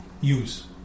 Use